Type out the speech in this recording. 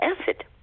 acid